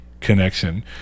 connection